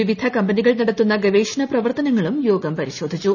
വിവിധ കമ്പനികൾ നടത്തുന്ന ഗവേഷണ പ്രവർത്തനങ്ങളും യോഗം പരിശോധിച്ചു